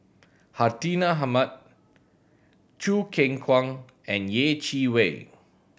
Hartinah Ahmad Choo Keng Kwang and Yeh Chi Wei